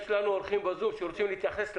יש לנו אורחים בזום שרוצים להתייחס לתקנות?